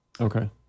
okay